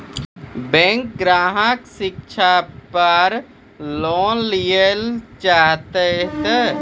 Bank ग्राहक शिक्षा पार लोन लियेल चाहे ते?